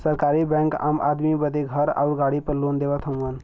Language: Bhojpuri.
सरकारी बैंक आम आदमी बदे घर आउर गाड़ी पर लोन देवत हउवन